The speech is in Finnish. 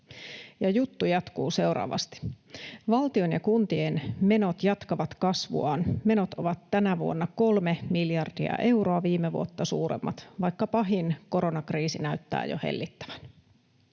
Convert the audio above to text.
juttu jatkuu seuraavasti: ”Valtion ja kuntien menot jatkavat kasvuaan. Menot ovat tänä vuonna kolme miljardia euroa viime vuotta suuremmat, vaikka pahin koronakriisi näyttää jo hellittävän.”